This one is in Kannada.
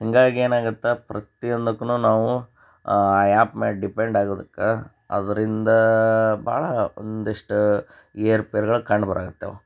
ಹೀಗಾಗಿ ಏನಾಗತ್ತೆ ಪ್ರತಿಯೊಂದಕ್ಕೂನು ನಾವು ಆ ಆ್ಯಪ್ ಮೇಲೆ ಡಿಪೆಂಡ್ ಆಗುದಕ್ಕೆ ಅದರಿಂದ ಭಾಳ ಒಂದಿಷ್ಟು ಏರುಪೇರುಗಳು ಕಂಡುಬರಕತ್ತಾವು